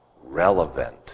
relevant